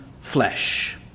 flesh